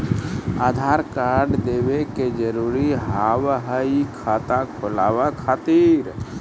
आधार कार्ड देवे के जरूरी हाव हई खाता खुलाए खातिर?